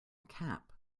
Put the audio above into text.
cap